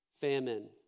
famine